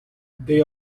they